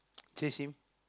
change him